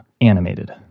animated